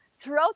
Throughout